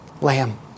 Lamb